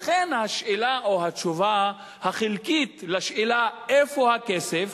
לכן השאלה, או התשובה החלקית על השאלה איפה הכסף,